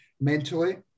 mentally